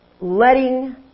letting